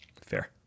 fair